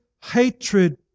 hatred